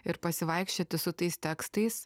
ir pasivaikščioti su tais tekstais